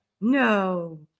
No